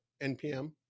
npm